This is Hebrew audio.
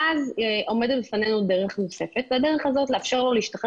ואז עומדת בפנינו דרך נוספת והדרך הזאת היא לאפשר לו להשתחרר